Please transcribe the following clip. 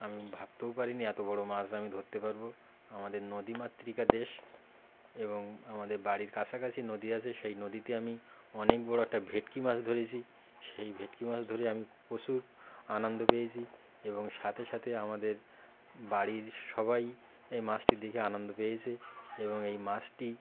আমি ভাবতেও পারিনি এত বড় মাছ আমি ধরতে পারব আমাদের নদীমাতৃকা দেশ এবং আমাদের বাড়ির কাছাকাছি নদী আছে সেই নদীতে আমি অনেক বড় একটা ভেটকি মাছ ধরেছি সেই ভেটকি মাছ ধরে আমি প্রচুর আনন্দ পেয়েছি এবং সাথে সাথে আমাদের বাড়ির সবাই এই মাছটি দেখে আনন্দ পেয়েছে এবং এই মাছটি